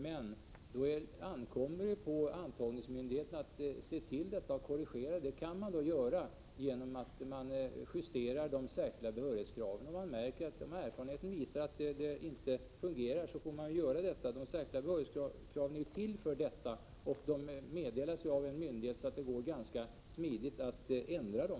Men då ankommer det på antagningsmyndigheterna att korrigera detta. Om erfarenheten visar att det inte fungerar kan myndigheterna göra detta genom att justera de särskilda behörighetskraven. De särskilda behörighetskraven är ju till för detta. Då de meddelas av en myndighet, går det ganska smidigt att ändra dem.